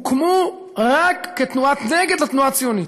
הוקמו רק כתנועת נגד לתנועה הציונית.